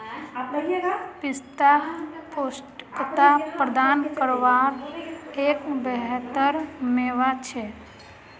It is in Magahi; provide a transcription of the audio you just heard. पिस्ता पौष्टिकता प्रदान कारवार एक बेहतर मेवा छे